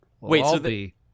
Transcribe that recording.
Wait